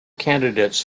candidates